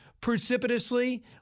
precipitously